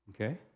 Okay